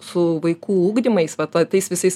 su vaikų ugdymais vat va tais visais